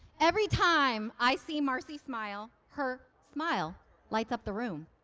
every time i see marcy smile, her smile lights up the room.